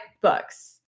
books